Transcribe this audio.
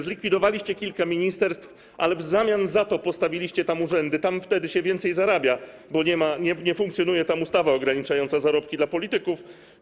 Zlikwidowaliście kilka ministerstw, ale w zamian za to postawiliście urzędy i tam się więcej zarabia, bo nie funkcjonuje tam ustawa ograniczająca zarobki dla polityków.